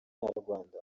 nyarwanda